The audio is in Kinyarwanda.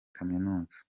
kaminuza